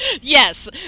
Yes